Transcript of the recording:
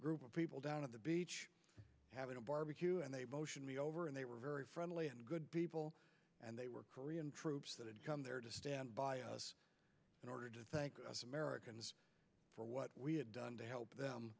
group of people down at the beach having a barbecue and over and they were very friendly and good people and they were korean troops that had come there to stand by us in order to thank us americans for what we had done to help them